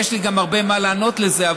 ויש לי גם הרבה מה לענות לזה.